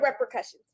repercussions